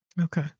Okay